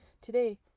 today